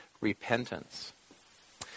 repentance